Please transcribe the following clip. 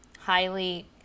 highly